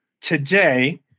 Today